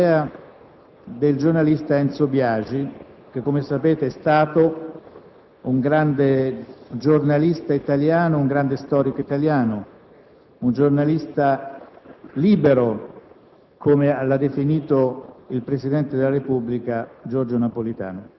relativamente alla scomparsa, che annuncio all'Assemblea, del giornalista Enzo Biagi, che, come sapete, è stato un grande giornalista italiano, un grande storico italiano, un «giornalista libero»,